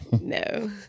No